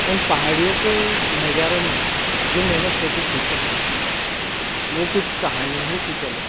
उन पहाड़ियों के नजारों में जो मैंने फोटू खींचा वो कुछ कहानी ही कुछ अलग थी